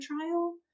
trial